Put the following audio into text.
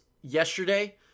yesterday